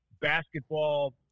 basketball